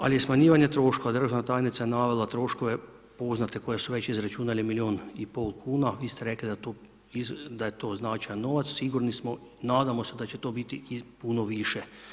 Ali i smanjivanje troškova, državna tajnica je navela troškove, poznate koje su već izračunali milijun i pol kuna, vi ste rekli da je to značajan novac, sigurni smo i nadamo se da će to biti puno više.